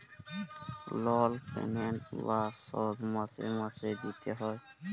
লল পেমেল্ট বা শধ মাসে মাসে দিইতে হ্যয়